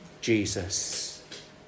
Jesus